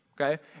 okay